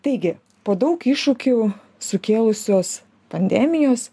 taigi po daug iššūkių sukėlusios pandemijos